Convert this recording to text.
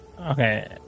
Okay